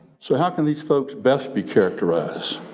so how can these folks best be characterized?